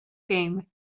game